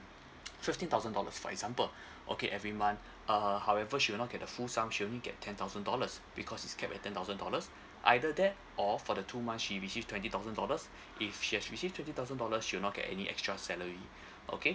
fifteen thousand dollars for example okay every month uh however she would not get the full sum she'd only get ten thousand dollars because it's capped at ten thousand dollars either that or for the two month she received twenty thousand dollars if she has received twenty thousand dollars she would not get any extra salary okay